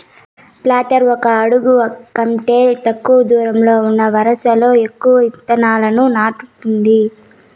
planter ఒక అడుగు కంటే తక్కువ దూరంలో ఉన్న వరుసలలో ఎక్కువ ఇత్తనాలను నాటుతుంది